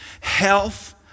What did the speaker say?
health